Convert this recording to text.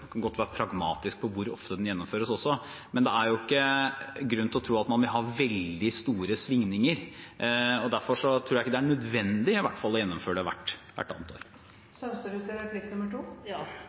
kan godt være pragmatisk med tanke på hvor ofte den gjennomføres også – er det ikke grunn til å tro at man vil ha veldig store svingninger. Derfor tror jeg i hvert fall ikke det er nødvendig å gjennomføre den hvert annet år.